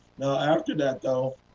after that though,